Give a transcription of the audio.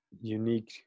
unique